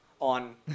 on